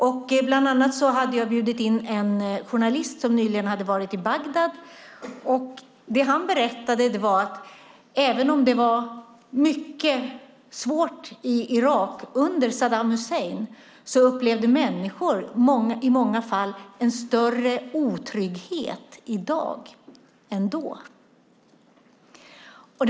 Jag hade bjudit in bland annat en journalist som nyligen hade varit i Bagdad. Han berättade att även om det var mycket svårt i Irak under Saddam Hussein så upplevde människor i många fall en större otrygghet i dag än då.